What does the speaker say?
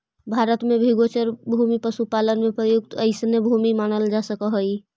भारत में भी गोचर भूमि पशुपालन में प्रयुक्त अइसने भूमि मानल जा सकऽ हइ